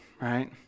right